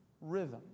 rhythm